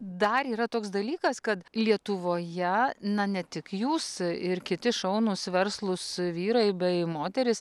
dar yra toks dalykas kad lietuvoje na ne tik jūs ir kiti šaunūs verslūs vyrai bei moterys